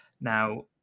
Now